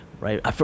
right